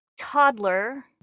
toddler